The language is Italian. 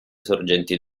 sorgenti